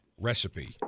recipe